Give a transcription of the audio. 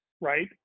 right